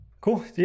Cool